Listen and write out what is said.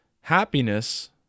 happiness